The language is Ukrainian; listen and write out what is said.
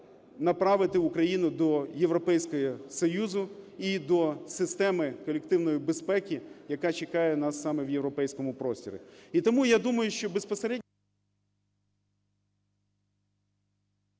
направити Україну до Європейського Союзу і до системи колективної безпеки, яка чекає нас саме в європейському просторі.